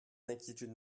d’inquiétude